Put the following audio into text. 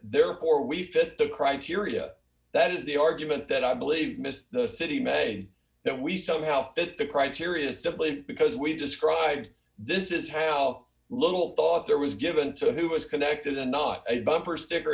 therefore we fit the criteria that is the argument that i believe miss the city may that we somehow fit the criteria simply because we described this is how little thought there was given to who was connected and not a bumper sticker